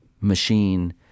machine